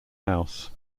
house